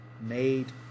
made